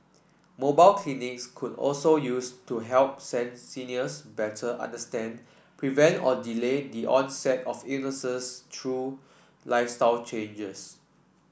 mobile clinics could also used to help seniors better understand prevent or delay the onset of illnesses true lifestyle changes